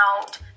out